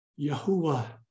Yahuwah